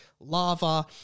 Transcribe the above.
lava